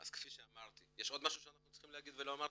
יש עוד משהו שהייתי צריך לומר ולא הזכרתי?